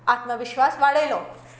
आत्मविश्वास वाडयलो